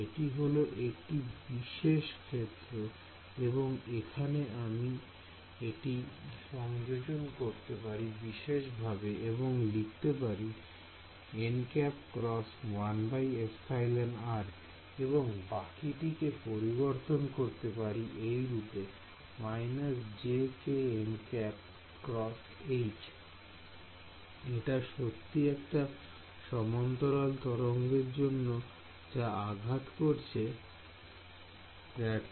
এটি হলো একটি বিশেষ ক্ষেত্রে এবং এখানে আমি এটি সংযোজন করতে পারি বিশেষভাবে এবং লিখতে পারি এবং বাকি টিকে পরিবর্তন করতে পারি এই রূপে এটা সত্যি একটি সমান্তরাল তরঙ্গের জন্য যা আঘাত করছে Γ